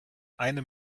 eine